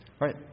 right